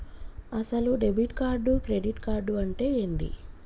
అసలు debit card credit card అంటే ఏంది?